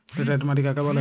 Laterite মাটি কাকে বলে?